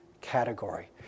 category